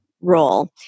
role